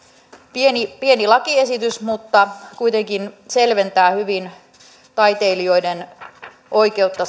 pieni pieni lakiesitys mutta kuitenkin selventää hyvin taiteilijoiden oikeutta